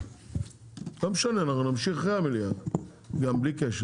לא משנה, אנחנו נמשיך אחרי המליאה בלי קשר.